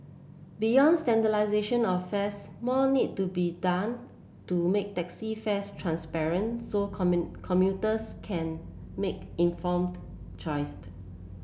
beyond standardisation of fares more need to be done to make taxi fares transparent so commuters can make informed choice